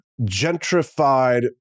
gentrified